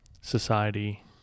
society